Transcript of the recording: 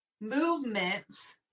movements